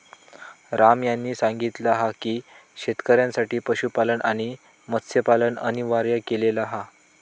राम यांनी सांगितला हा की शेतकऱ्यांसाठी पशुपालन आणि मत्स्यपालन अनिवार्य केलेला हा